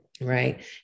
Right